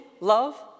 love